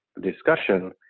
discussion